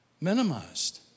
minimized